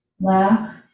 lack